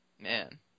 Man